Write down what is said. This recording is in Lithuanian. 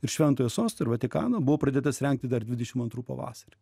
ir šventojo sosto ir vatikano buvo pradėtas rengti dar dvidešim antrų pavasarį